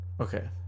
Okay